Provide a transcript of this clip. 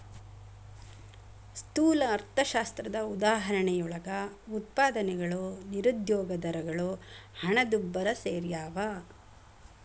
ಸ್ಥೂಲ ಅರ್ಥಶಾಸ್ತ್ರದ ಉದಾಹರಣೆಯೊಳಗ ಉತ್ಪಾದನೆಗಳು ನಿರುದ್ಯೋಗ ದರಗಳು ಹಣದುಬ್ಬರ ಸೆರ್ಯಾವ